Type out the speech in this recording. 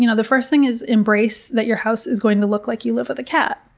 you know the first thing is embrace that your house is going to look like you live with a cat.